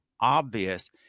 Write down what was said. obvious